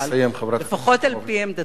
לפחות על-פי עמדתך.